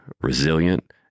resilient